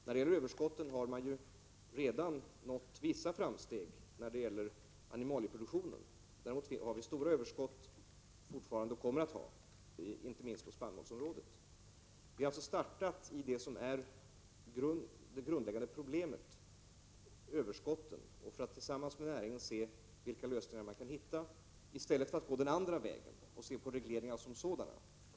När det gäller överskotten har man redan nått vissa framsteg i fråga om animalieproduktionen; däremot kommer vi fortfarande att ha stora överskott på spannmålsområdet. Vi har alltså startat med det grundläggande problemet, nämligen överskotten. Tillsammans med näringen ser vi nu vilka lösningar man kan hitta, i stället för att gå den andra vägen och se på regleringarna som sådana.